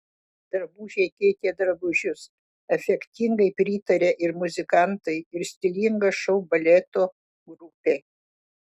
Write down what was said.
drabužiai keitė drabužius efektingai pritarė ir muzikantai ir stilinga šou baleto grupė